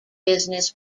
business